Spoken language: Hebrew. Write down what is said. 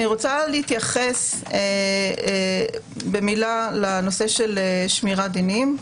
אני רוצה להתייחס במילה לנושא שמירת דינים.